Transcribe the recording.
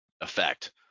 effect